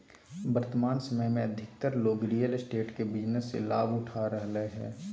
वर्तमान समय में अधिकतर लोग रियल एस्टेट के बिजनेस से लाभ उठा रहलय हइ